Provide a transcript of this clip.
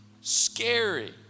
scary